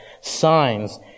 signs